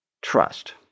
trust